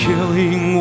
Killing